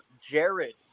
Jared